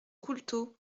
couleto